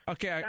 Okay